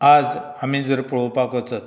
आज आमी जर पळोवपाक वचत